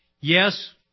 Yes